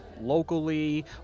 locally